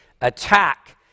attack